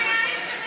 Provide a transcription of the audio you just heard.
של מדינת ישראל,